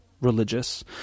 religious